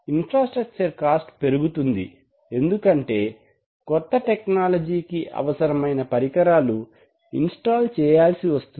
infrastructure cost పెరుగుతుంది ఎందుకంటే కొత్త టెక్నాలజి కి అవసరమైన పరికరాలు ఇన్స్టాల్ చేయాల్సి వస్తుంది